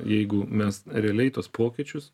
jeigu mes realiai tuos pokyčius